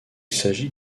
s’agit